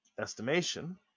estimation